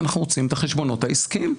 אנחנו רוצים את החשבונות העסקיים.